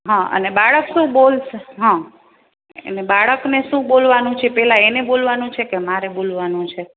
હા અને બાળક શું બોલશે હં અને બાળકને શું બોલવાનું છે પહેલાં એને બોલવાનું છે કે મારે બોલવાનું છે